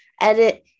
edit